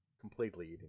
completely